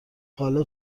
قالب